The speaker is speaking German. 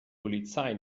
polizei